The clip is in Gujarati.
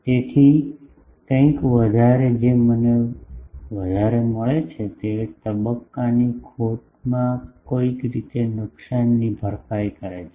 તેથી કંઈક વધારે જે મને વધારે મળે છે તે તબક્કોની ખોટમાં કોઈક રીતે નુકસાનની ભરપાઇ કરે છે